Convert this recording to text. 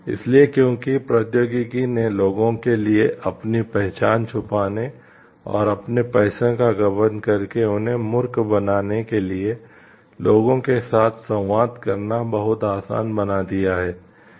इसलिए क्योंकि प्रौद्योगिकी ने लोगों के लिए अपनी पहचान छुपाने और अपने पैसे का गबन करके उन्हें मूर्ख बनाने के लिए लोगों के साथ संवाद करना बहुत आसान बना दिया है